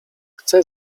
chce